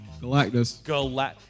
Galactus